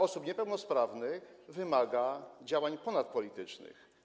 osób niepełnosprawnych wymaga działań ponadpolitycznych.